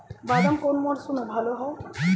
বাদাম কোন মরশুমে ভাল হয়?